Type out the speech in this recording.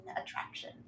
attraction